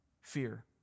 fear